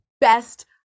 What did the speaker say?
best